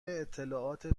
اطلاعات